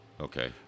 Okay